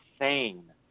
insane